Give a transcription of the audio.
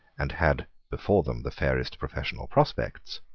and had before them the fairest professional prospects,